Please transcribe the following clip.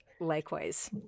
Likewise